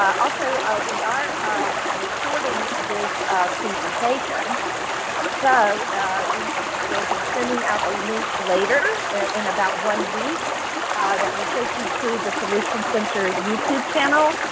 also, we are um recording this presentation so we will be sending out a link later in about one week that will take you to the solution center youtube channel.